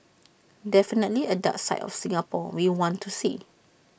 definitely A dark side of Singapore we want to see